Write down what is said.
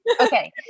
Okay